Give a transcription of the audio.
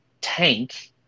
tank